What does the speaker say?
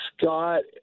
Scott